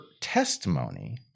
testimony